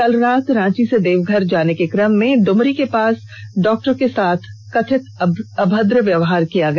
कल रात रांची से देवघर जाने के कम में डमरी के पास डॉक्टर के साथ कथित अभद्र व्यवहार किया गया